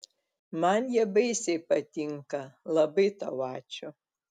man jie baisiai patinka labai tau ačiū